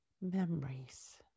memories